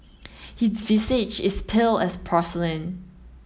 his visage is pale as porcelain